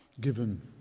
given